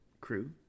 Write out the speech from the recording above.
crew